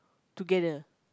together